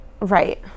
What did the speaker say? right